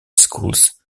schools